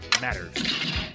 matters